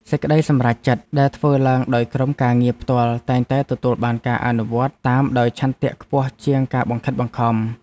សេចក្តីសម្រេចចិត្តដែលធ្វើឡើងដោយក្រុមការងារផ្ទាល់តែងតែទទួលបានការអនុវត្តតាមដោយឆន្ទៈខ្ពស់ជាងការបង្ខិតបង្ខំ។